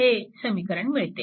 हे समीकरण मिळते